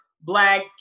Black